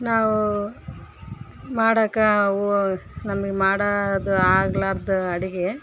ನಾವು ಮಾಡಾಕೆ ಅವು ನಮಗ್ ಮಾಡೋದ್ ಆಗ್ಲಾರ್ದ ಅಡುಗೆ